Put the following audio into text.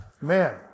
Man